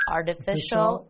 Artificial